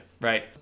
Right